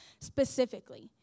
specifically